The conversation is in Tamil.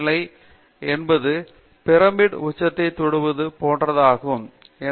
டி நிலை என்பது பிரமிடு உச்சத்தை எட்டும் என்பதை நான் நம்பினேன்